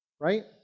Right